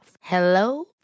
Hello